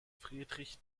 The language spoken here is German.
friedrich